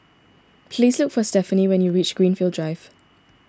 please look for Stephenie when you reach Greenfield Drive